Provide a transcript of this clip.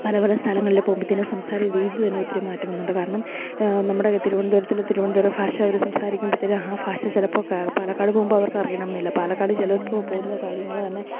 പല പല സ്ഥലങ്ങളിൽ പോകുമ്പത്തേക്കും സംസാര രീതി തന്നെ ഒത്തിരി മാറ്റം വരുന്നുണ്ട് കാരണം നമ്മുടെ തിരുവന്തപുരത്തിലെ തിരുവന്തപുരം ഭാഷ അവർ സംസാരിക്കുമ്പോൾ തന്നെ ആ ഭാഷ ചിലപ്പോൾ പാലക്കാട് പോകുമ്പോൾ അവർക്ക് അറിയണം എന്നില്ല പാലക്കാട് ചിലപ്പോൾ പോകുന്ന കാര്യങ്ങൾ തന്നെ